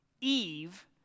Eve